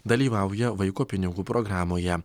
dalyvauja vaiko pinigų programoje